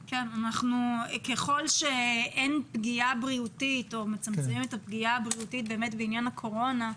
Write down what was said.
ככל שאין פגיעה בריאותית או מצטמצמת הפגיעה הבריאותית בעניין הקורונה,